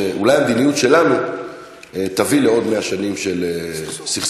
שאולי המדיניות שלנו תביא לעוד 100 שנים של סכסוך.